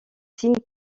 signe